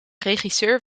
regisseur